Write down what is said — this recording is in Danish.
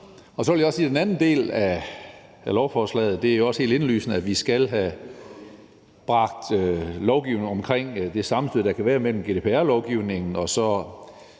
Så vil jeg sige til den anden del af lovforslaget, at det jo også er helt indlysende, at vi skal sikre lovgivningen omkring det sammenstød, der kan være, mellem GDPR-lovgivningen og